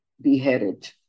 beheaded